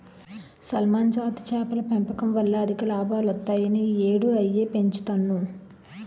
salmon జాతి చేపల పెంపకం వల్ల అధిక లాభాలొత్తాయని ఈ యేడూ అయ్యే పెంచుతన్ను